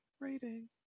rating